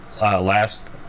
last